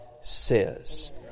says